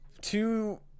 two